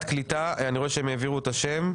הקליטה אני רואה שהם העבירו את השם,